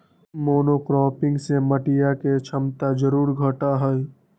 monocropping से मटिया के क्षमता जरूर घटा हई